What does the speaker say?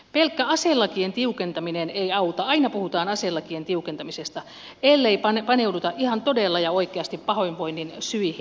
pelkkä aselakien tiukentaminen ei auta aina puhutaan aselakien tiukentamisesta ellei paneuduta ihan todella ja oikeasti pahoinvoinnin syihin